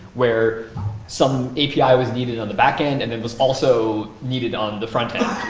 where some api was needed on the backend and then was also needed on the frontend.